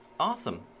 Awesome